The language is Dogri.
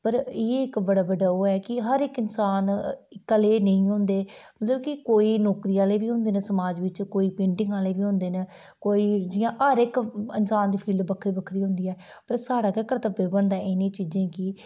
पर एह् इक बड़ा बड्डा ओह् ऐ के हर इक्क इंसान इक्कै लेईं नेईं होंदे मतलब कि कोई नौकरी आह्ले होंदे न समाज बिच्च कोई पेंटिग आह्ले बी होंदे न कोई जियां हर इक इंसान दी फील्ड बक्खरी बक्खरी होंदी ऐ पर साढ़ा गै कर्त्तव्य बनदा इनें चीजें गी